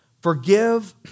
forgive